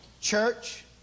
church